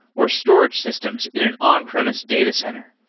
or storage systems in an on-premise data center.